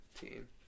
team